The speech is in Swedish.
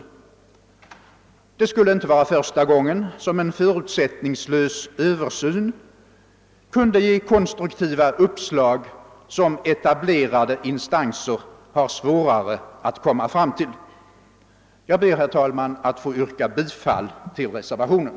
Det skulle inte vara första gången som en förutsättningslös utredning kunde ge konstruktiva uppslag som etablerade instanser har svårare att komma fram till. Jag ber, herr talman, att få yrka bifall till reservationen.